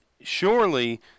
surely